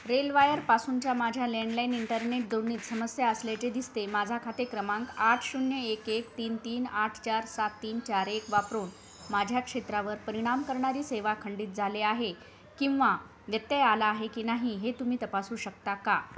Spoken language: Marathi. रेलवायरपासूनच्या माझ्या लँडलाईन इंटरनेट जोडणीत समस्या असल्याचे दिसते माझा खाते क्रमांक आठ शून्य एक एक तीन तीन आठ चार सात तीन चार एक वापरून माझ्या क्षेत्रावर परिणाम करणारी सेवा खंडित झाले आहे किंवा व्यत्यय आला आहे की नाही हे तुम्ही तपासू शकता का